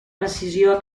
precisió